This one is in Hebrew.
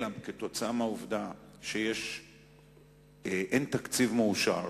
אלא כתוצאה מהעובדה שאין תקציב מאושר